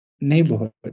neighborhood